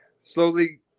slowly